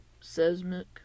seismic